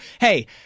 hey